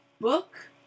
book